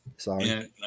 Sorry